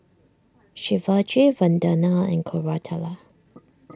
Shivaji Vandana and Koratala